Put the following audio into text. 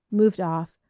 moved off,